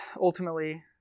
ultimately